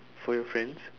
for your friends